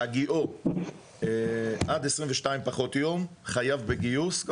בהגיעו עד 22 פחות יום, חייב בגיוס.